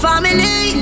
Family